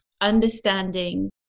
understanding